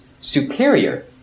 superior